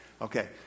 Okay